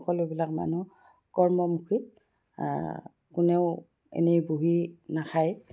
সকলোবিলাক মানুহ কৰ্মমুখী কোনেও এনেই বহি নাখায়